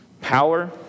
power